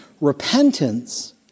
Repentance